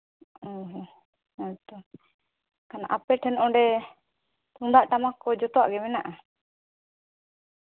ᱚᱸᱻ ᱦᱚᱸ ᱦᱮᱸᱛᱚ ᱠᱷᱟᱱ ᱟᱯᱮ ᱴᱷᱮᱱ ᱚᱸᱰᱮ ᱛᱩᱢᱫᱟᱹᱜ ᱴᱟᱢᱟᱠ ᱠᱚ ᱡᱚᱛᱚᱣᱟᱜ ᱜᱮ ᱢᱮᱱᱟᱜᱼᱟ